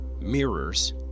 mirrors